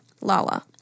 Lala